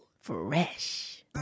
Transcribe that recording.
Fresh